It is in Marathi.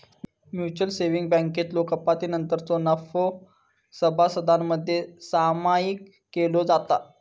म्युचल सेव्हिंग्ज बँकेतलो कपातीनंतरचो नफो सभासदांमध्ये सामायिक केलो जाता